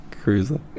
cruiser